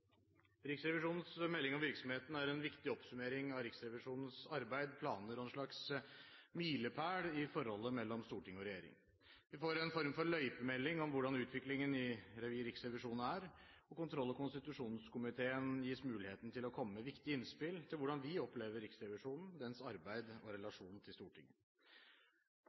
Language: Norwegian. Riksrevisjonens melding om virksomheten er en viktig oppsummering av Riksrevisjonens arbeid og planer og en slags milepæl i forholdet mellom storting og regjering. Vi får en form for løypemelding om hvordan utviklingen i Riksrevisjonen er, og kontroll- og konstitusjonskomiteen gis muligheten til å komme med viktige innspill til hvordan de opplever Riksrevisjonen, dens arbeid og relasjon til Stortinget.